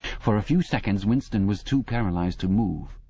for a few seconds winston was too paralysed to move.